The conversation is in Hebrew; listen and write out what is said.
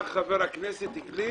רק חבר הכנסת גליק